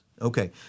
Okay